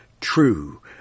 true